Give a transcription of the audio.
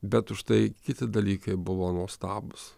bet užtai kiti dalykai buvo nuostabūs